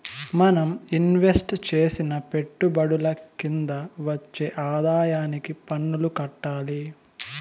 మనం ఇన్వెస్టు చేసిన పెట్టుబడుల కింద వచ్చే ఆదాయానికి పన్నులు కట్టాలి